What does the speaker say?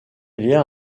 liens